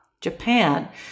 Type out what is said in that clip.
Japan